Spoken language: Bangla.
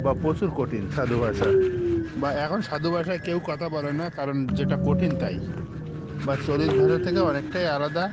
বা প্রচুর কঠিন সাধু ভাষা বা এখন সাধু ভাষায় কেউ কথা বলে না কারণ যেটা কঠিন তাই বা চলিত ভাষা থেকে অনেকটাই আলাদা